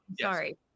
sorry